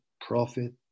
prophet